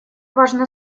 важно